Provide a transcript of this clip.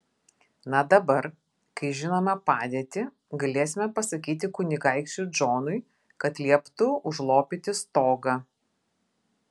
na dabar kai žinome padėtį galėsime pasakyti kunigaikščiui džonui kad lieptų užlopyti stogą